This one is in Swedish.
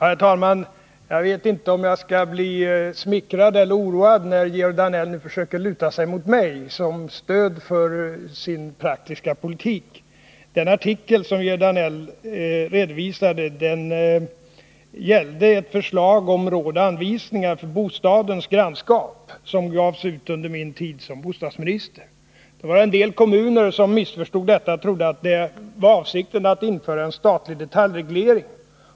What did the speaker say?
Herr talman! Jag vet inte om jag skall bli smickrad eller oroad när Georg Danell nu försöker luta sig mot mig som stöd för sin praktiska politik. Den artikel som Georg Danell redovisade gällde ett förslag om råd och anvisningar för bostadens grannskap som lades fram under min tid som bostadsminister. Det var en del kommuner som missförstod detta förslag och trodde att avsikten var att införa en statlig detaljreglering.